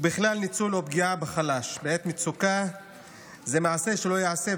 ובכלל ניצול או פגיעה בחלש בעת מצוקה זה מעשה שלא ייעשה,